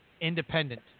independent